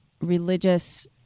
religious